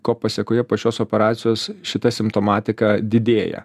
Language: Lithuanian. ko pasėkoje po šios operacijos šita simptomatika didėja